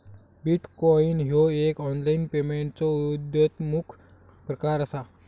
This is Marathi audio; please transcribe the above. बिटकॉईन ह्यो एक ऑनलाईन पेमेंटचो उद्योन्मुख प्रकार असा